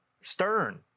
stern